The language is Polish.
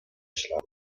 ślady